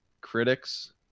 critics